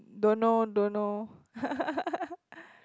don't know don't know